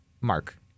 Mark